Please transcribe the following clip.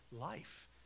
life